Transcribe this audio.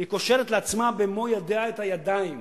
היא קושרת לעצמה במו ידיה את הידיים